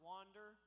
Wander